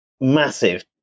massive